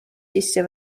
sisse